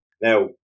now